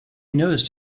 noticed